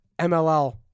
MLL